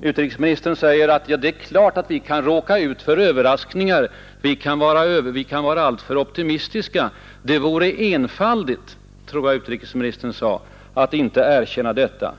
Utrikesministern säger att det är klart att vi kan råka ut för överraskningar. Vi kan vara alltför optimistiska. Det vore ”enfaldigt”, tror jag utrikesministern sade, att inte erkänna detta.